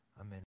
Amen